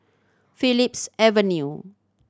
Phillips Avenue